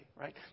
right